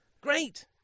Great